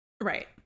Right